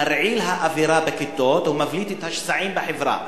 מרעיל האווירה בכיתות ומבליט את השסעים בחברה.